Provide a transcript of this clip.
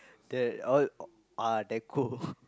they all ah decor